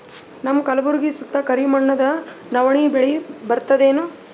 ನಮ್ಮ ಕಲ್ಬುರ್ಗಿ ಸುತ್ತ ಕರಿ ಮಣ್ಣದ ನವಣಿ ಬೇಳಿ ಬರ್ತದೇನು?